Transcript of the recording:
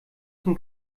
zum